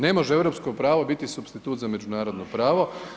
Ne može europsko pravo biti supstitut za međunarodno pravo.